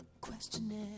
Questionnaire